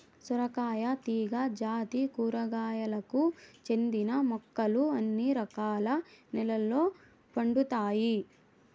సొరకాయ తీగ జాతి కూరగాయలకు చెందిన మొక్కలు అన్ని రకాల నెలల్లో పండుతాయి